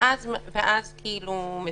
ואז מפרטת.